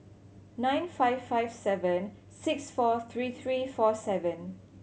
nine five five seven six four three three four seven